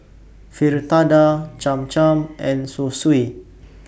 Fritada Cham Cham and Zosui